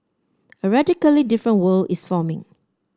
a radically different world is forming